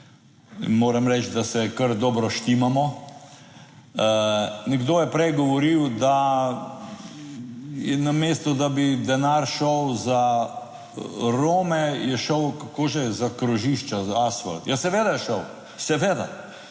Moram reči, da se kar dobro štimamo. Nekdo je prej govoril, da je namesto, da bi denar šel za Rome, je šel, kako že, za krožišča, za asfalt. Ja, seveda je šel, seveda,